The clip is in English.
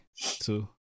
two